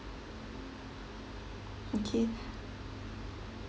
okay